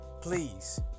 please